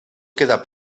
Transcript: queda